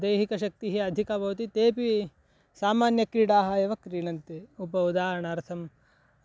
दैहिकशक्तिः अधिका भवति तेपि सामान्यक्रीडाः एव क्रीडन्ति उप उदाहरणार्थं